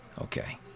Okay